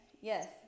yes